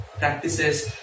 practices